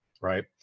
Right